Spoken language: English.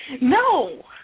No